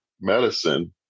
medicine